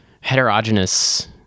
heterogeneous